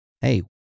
hey